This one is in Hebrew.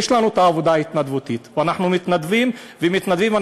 יש לנו עבודה התנדבותית, אנחנו מתנדבים ומתנדבים.